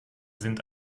sind